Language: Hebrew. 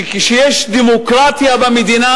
שכשיש דמוקרטיה במדינה,